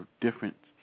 different